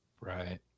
right